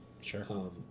Sure